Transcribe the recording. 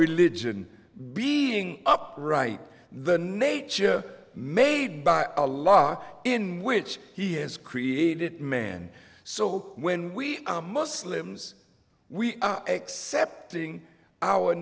religion being up right the nature made by a law in which he is created man so when we muslims we accepting our